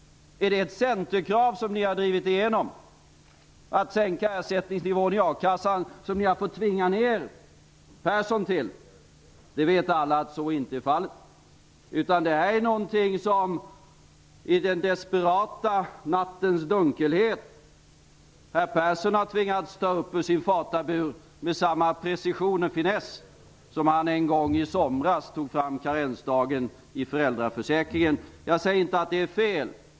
Är det ett Centerkrav som ni har drivit igenom att sänka ersättningsnivån i a-kassan, som ni har fått tvinga Persson till? Alla vet att så inte är fallet. Det här är någonting som herr Persson i den desperata nattens dunkelhet har tvingats ta upp ur sin fatabur med samma precision och finess som han en gång i somras tog fram karensdagen i föräldraförsäkringen. Jag säger inte att det är fel.